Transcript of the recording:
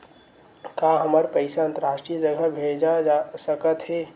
का हमर पईसा अंतरराष्ट्रीय जगह भेजा सकत हे?